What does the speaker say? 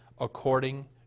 according